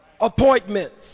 appointments